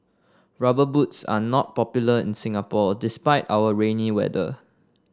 rubber boots are not popular in Singapore despite our rainy weather